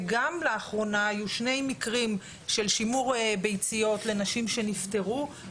וגם לאחרונה היו שני מקרים של שימור ביציות לנשים שנפטרו.